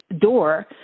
door